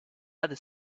other